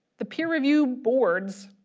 the peer review boards